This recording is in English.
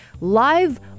live